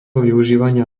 využívania